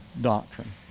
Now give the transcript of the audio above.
doctrine